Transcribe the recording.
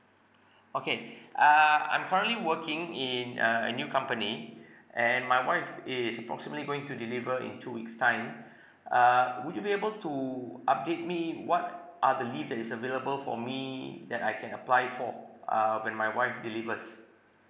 okay uh I'm currently working in a a new company and my wife is approximately going to deliver in two weeks' time uh would you be able to update me what are the leave that is available for me that I can apply for uh when my wife delivers